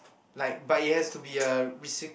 like but it has to be a reci~